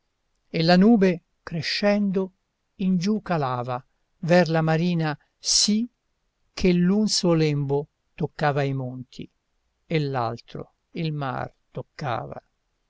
e la nube crescendo in giù calava ver la marina sì che l'un suo lembo toccava i monti e l'altro il mar toccava